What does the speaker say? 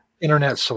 internet